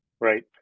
Right